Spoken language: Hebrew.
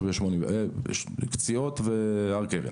קציעות והר קדם.